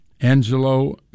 Angelo